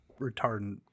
retardant